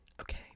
Okay